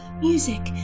Music